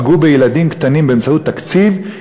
פגעו בילדים קטנים באמצעות תקציב,